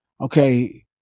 Okay